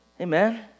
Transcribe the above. Amen